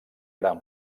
gran